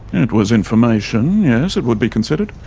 it was information, yes, it would be considered.